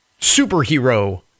superhero